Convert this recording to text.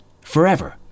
forever